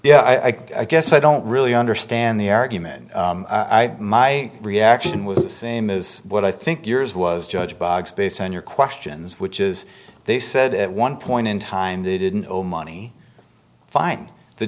yeah i guess i don't really understand the argument i had my reaction was the same is what i think yours was judged based on your questions which is they said at one point in time they didn't owe money fine the